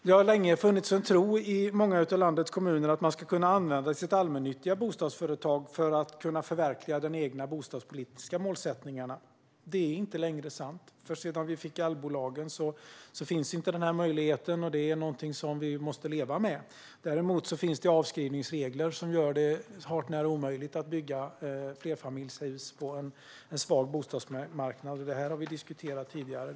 Det har länge funnits en tro i många av landets kommuner att man ska kunna använda sitt allmännyttiga bostadsföretag för att förverkliga de egna bostadspolitiska målsättningarna. Det är inte längre sant, för sedan vi fick allbolagen finns inte den här möjligheten. Det är någonting som vi måste leva med. Däremot finns det avskrivningsregler som gör det hart när omöjligt att bygga flerfamiljshus på en svag bostadsmarknad. Det här har vi diskuterat tidigare.